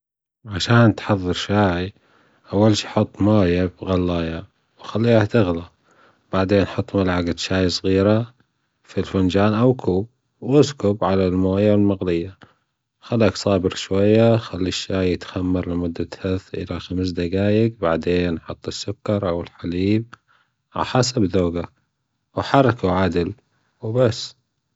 عشان تحظر شاي أول شي حط شوية ماية في الغالية وخليها تغلى بعدين حط معلجة شاي صغيرة في الفنجان أو كوب وأسكب على المايا المغلية خليك صابر شويا خلي الشاي يتخمر لمدة ثلاث إلى خمس دجايج بعدين حط السكر أو الحليب ع حسب زوجك وحركه عدل وبس